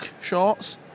shorts